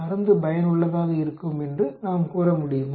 எனவே மருந்து பயனுள்ளதாக இருக்கும் என்று நாம் கூற முடியுமா